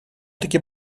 таки